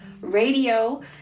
radio